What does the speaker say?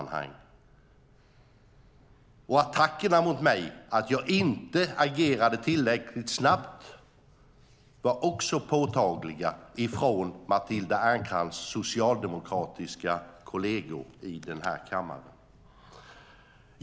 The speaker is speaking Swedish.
Attackerna mot mig för att jag inte agerade tillräckligt snabbt var också påtagliga från Matilda Ernkrans socialdemokratiska kolleger här i kammaren.